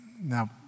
Now